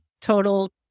total